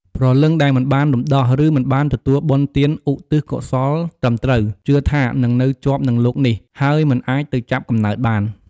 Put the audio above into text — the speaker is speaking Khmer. ព្រលឹងដែលមិនបានរំដោះ ឬមិនបានទទួលបុណ្យទានឧទ្ទិសកុសលត្រឹមត្រូវ ជឿថានឹងនៅជាប់នឹងលោកនេះ ហើយមិនអាចទៅចាប់កំណើតបាន។